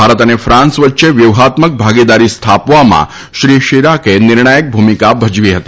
ભારત અને ફાન્સ વચ્ચે વ્યુહાત્મક ભાગીદારી સ્થાપવામાં શ્રી શીરાકે નિર્ણાયક ભૂમિકા ભજવી હતી